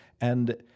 And-